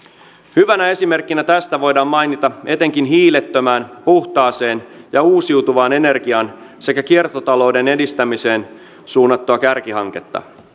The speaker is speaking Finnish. hyvänä esimerkkinä tästä voidaan mainita etenkin hiilettömään puhtaaseen ja uusiutuvaan energiaan sekä kiertotalouden edistämiseen suunnattu kärkihanke